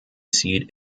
seat